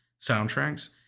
soundtracks